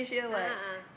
a'ah ah